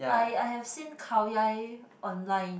I I have seen Khao-Yai online